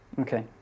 Okay